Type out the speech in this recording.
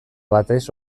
batez